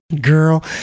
Girl